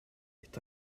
est